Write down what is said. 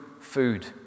food